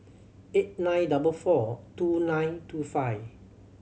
eight nine double four two nine two five